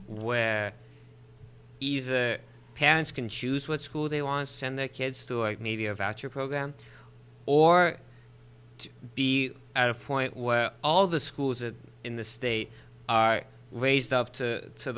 where either parents can choose what school they want to send their kids to or maybe a voucher program or to be at a point where all the schools are in the state are raised up to to